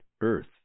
Earth